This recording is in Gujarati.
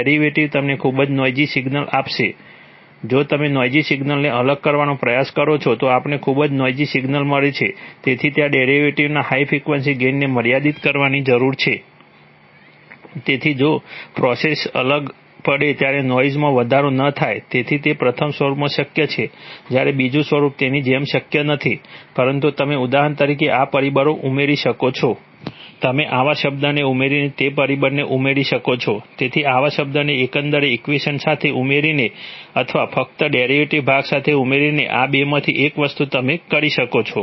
જો તમે નોઇઝી સિગ્નલ્સને અલગ કરવાનો પ્રયાસ કરો છો તો આપણને ખૂબ નોઇઝી સિગ્નલ્સ મળે છે તેથી ત્યાં ડેરિવેટિવના હાઈ ફ્રીક્વન્સી ગેઇનને મર્યાદિત કરવાની જરૂર છે જેથી પ્રોસેસ સિગ્નલ અલગ પડે ત્યારે નોઇઝમાં વધારો ન થાય તેથી તે પ્રથમ સ્વરૂપમાં શક્ય છે જ્યારે બીજું સ્વરૂપ તેની જેમ શક્ય નથી પરંતુ તમે ઉદાહરણ તરીકે આવા પરિબળો ઉમેરી શકો છો તમે આવા શબ્દને ઉમેરીને તે પરિબળને ઉમેરી શકો છો તેથી આવા શબ્દને એકંદર ઇક્વેશન સાથે ઉમેરીને અથવા ફક્ત ડેરિવેટિવ ભાગ સાથે જ ઉમેરીને આ બેમાંથી એક વસ્તુ તમે કરી શકો છો